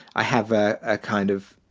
i have a kind of.